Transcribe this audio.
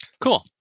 Cool